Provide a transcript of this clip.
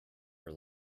her